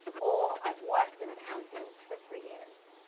or, i've worked in accounting for three years.